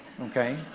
okay